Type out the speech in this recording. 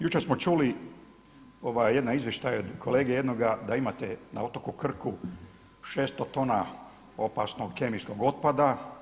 Jučer smo čuli jedan izvještaj kolege jednoga da imate na otoku Krku 600 tona opasnog kemijskog otpada.